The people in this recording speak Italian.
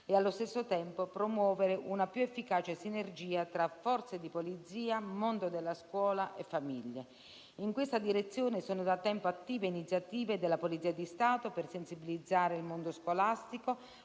e allo stesso tempo promuovere una più efficace sinergia tra Forze di polizia, mondo della scuola e famiglia. In questa direzione sono da tempo attive iniziative della Polizia di Stato per sensibilizzare il mondo scolastico